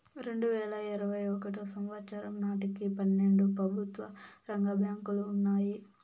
రెండువేల ఇరవై ఒకటో సంవచ్చరం నాటికి పన్నెండు ప్రభుత్వ రంగ బ్యాంకులు ఉన్నాయి